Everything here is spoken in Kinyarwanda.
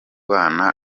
abana